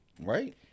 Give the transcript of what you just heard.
Right